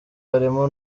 harimo